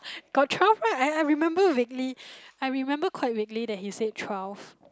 got twelve meh I I remember vaguely I remember quite vaguely that he said twelve